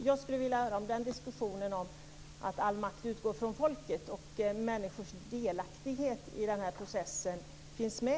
Jag skulle vilja höra om diskussionen om att all makt utgår från folket och människors delaktighet i denna process finns med.